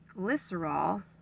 glycerol